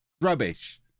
Rubbish